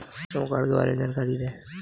श्रम कार्ड के बारे में जानकारी दें?